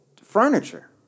furniture